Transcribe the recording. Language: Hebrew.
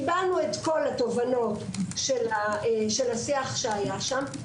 קיבלנו את כל התובנות של השיח שהיה שם,